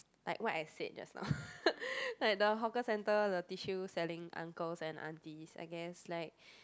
like what I said just now like the hawker centre the tissue selling uncles and aunties I guess like